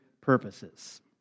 purposes